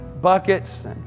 buckets